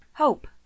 Hope